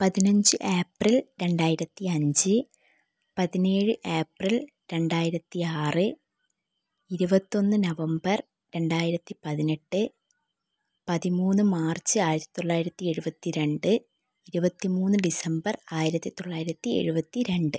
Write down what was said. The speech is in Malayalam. പതിനഞ്ച് ഏപ്രിൽ രണ്ടായിരത്തി അഞ്ച് പതിനേഴ് ഏപ്രിൽ രണ്ടായിരത്തി ആറ് ഇരുപത്തി ഒന്ന് നവംബർ രണ്ടായിരത്തി പതിനെട്ട് പതിമൂന്ന് മാർച്ച് ആയിരത്തി തൊള്ളായിരത്തി എഴുപത്തി രണ്ട് ഇരുപത്തി മൂന്ന് ഡിസംബർ ആയിരത്തി തൊള്ളായിരത്തി എഴുപത്തി രണ്ട്